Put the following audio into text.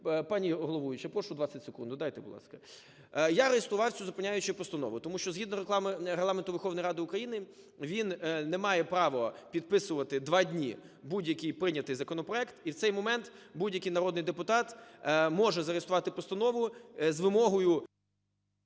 Пані головуюча, прошу, 20 секунд додайте, будь ласка. Я реєстрував цю зупиняючу постанову, тому що згідно Регламенту Верховної Ради України він не має права підписувати два дні будь-який прийнятий законопроект, і в цей момент будь-який народний депутат може зареєструвати постанову з вимогою…